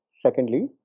Secondly